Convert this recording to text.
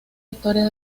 historia